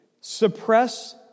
suppress